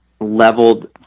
leveled